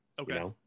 Okay